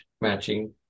matching